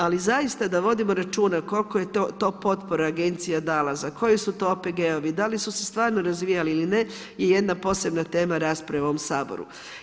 Ali, zaista da vodimo računa, koliko je to potpora agencija dala, za koji su to OPG-ovi, da li su se stvarno razvijali ili ne, je jedna posebna tema rasprave u ovom Saboru.